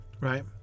right